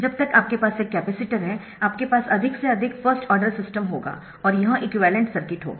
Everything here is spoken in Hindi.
जब तक आपके पास एक कपैसिटर है आपके पास अधिक से अधिक फर्स्ट ऑर्डर सिस्टम होगा और यह इक्विवैलेन्ट सर्किट होगा